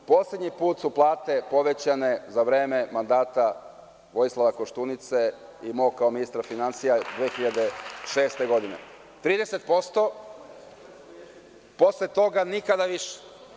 Poslednji put su plate povećane za vreme mandata Vojislava Koštunice i mog kao ministra finansija 2006. godine, 30%, posle toga nikada više.